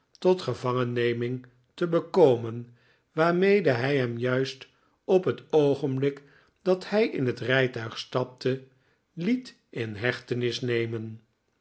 tot gevangenneming te bekomen waarmede hij hem juist op het oogenblik dat hij in het rijtuig stapte liet in hechtenis nemen